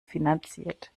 finanziert